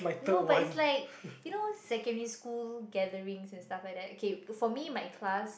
no but it's like you know secondary school gatherings and stuff like that K for me my class